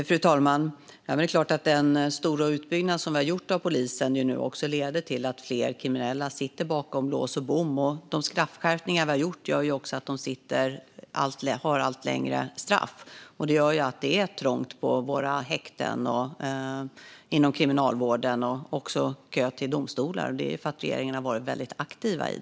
Fru talman! Vår stora utbyggnad av polisen gör givetvis att fler kriminella nu sitter bakom lås och bom, och de straffskärpningar vi har gjort gör också att de får allt längre straff. Då blir det trångt på våra häkten och i övriga kriminalvården och även kö till domstolarna. Här har ju regeringen varit väldigt aktiv.